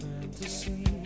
fantasy